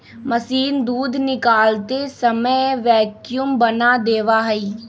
machine दूध निकालते समय वैक्यूम बना देवा हई